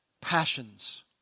passions